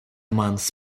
months